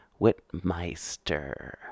Whitmeister